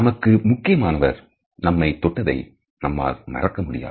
நமக்கு முக்கியமானவர் நம்மை தொட்டதை நம்மால் மறக்க முடியாது